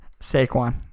saquon